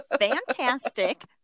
fantastic